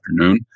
afternoon